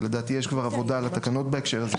ולדעתי יש כבר עבודה על התקנות בהקשר הזה,